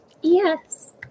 Yes